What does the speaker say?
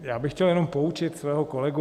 Já bych chtěl jenom poučit svého kolegu.